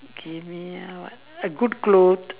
give me a what a good clothes